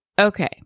okay